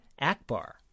Akbar